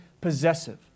possessive